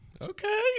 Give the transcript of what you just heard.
Okay